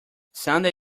sunday